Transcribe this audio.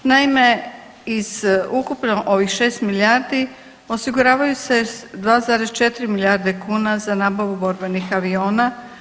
Naime iz ukupno ovih 6 milijardi osiguravaju se 2,4 milijarde kuna za nabavu borbenih aviona.